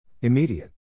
Immediate